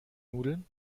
nudeln